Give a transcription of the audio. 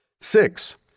Six